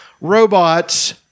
robots